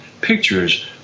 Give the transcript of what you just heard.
pictures